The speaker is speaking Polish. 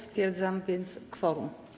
Stwierdzam więc kworum.